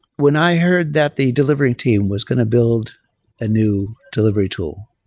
when i heard that the delivery team was going to build a new delivery tool.